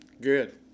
good